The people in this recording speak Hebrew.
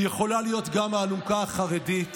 היא יכולה להיות גם האלונקה החרדית.